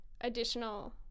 additional